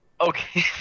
Okay